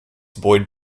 boyd